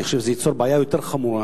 אני חושב שזה ייצור בעיה יותר חמורה.